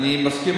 אני מסכים,